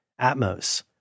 Atmos